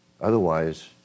Otherwise